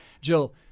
Jill